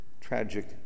tragic